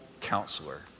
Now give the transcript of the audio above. counselor